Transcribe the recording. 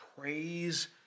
praise